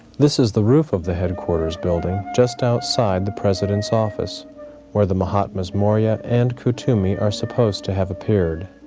this is the roof of the headquarters building just outside the president's office where the mahatmas morya and koothoomi are supposed to have appeared.